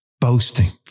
Boasting